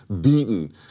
beaten